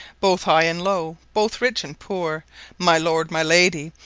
both high and low, both rich and poore my lord, my lady,